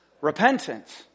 repentance